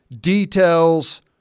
details